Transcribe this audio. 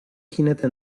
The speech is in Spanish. jinete